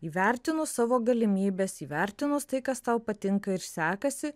įvertinus savo galimybes įvertinus tai kas tau patinka ir sekasi